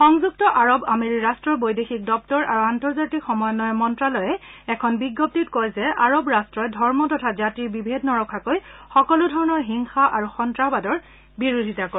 সংযুক্ত আৰব আমেৰী ৰাষ্ট্ৰৰ বৈদেশিক দপ্তৰ আৰু আন্তঃৰ্জাতিক সমন্নয়ৰ মন্ত্যালয়ে এখন বিজ্ঞপ্তিত কয় যে আৰৱ ৰাট্টই ধৰ্ম তথা জাতিৰ বিভেদ নৰখাকৈ সকলো ধৰণৰ হিংসা আৰু সন্ত্ৰাসবাদৰ বিৰোধিতা কৰে